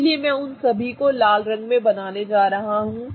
इसलिए मैं उन सभी को लाल रंग में बनाने जा रहा हूं